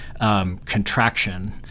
contraction